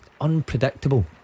unpredictable